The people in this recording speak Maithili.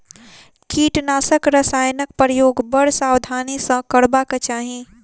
कीटनाशक रसायनक प्रयोग बड़ सावधानी सॅ करबाक चाही